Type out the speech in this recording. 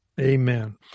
Amen